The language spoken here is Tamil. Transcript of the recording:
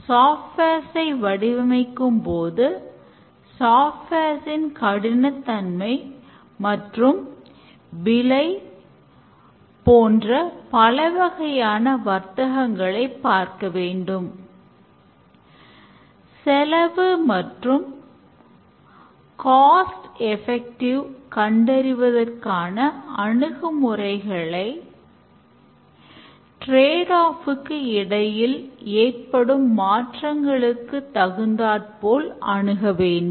சாஃப்ட்வேர் க்கு இடையில் ஏற்படும் மாற்றங்களுக்கு தகுந்தாற்போல் அணுக வேண்டும்